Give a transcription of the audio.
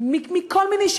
חוק השידור הציבורי,